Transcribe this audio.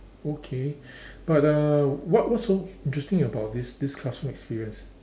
okay but uh what what so interesting about this this classroom experience